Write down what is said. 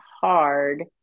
Hard